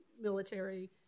military